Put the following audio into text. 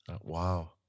Wow